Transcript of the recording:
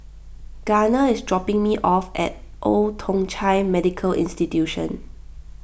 Garner is dropping me off at Old Thong Chai Medical Institution